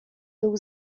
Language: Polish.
był